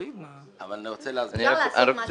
אפשר לעשות משהו מדורג?